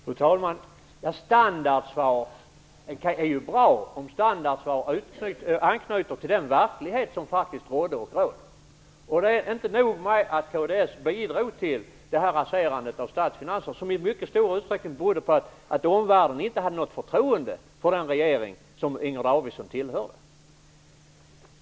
Fru talman! Standardsvar är bra om de anknyter till den verklighet som faktiskt rådde och råder. Det är inte nog med att kds bidrog till raserandet av statsfinanserna som i mycket stor utsträckning berodde på att omvärlden inte hade något förtroende för den regering som Inger Davidson tillhörde.